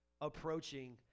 approaching